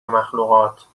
مخلوقات